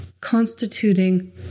constituting